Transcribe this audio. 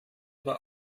war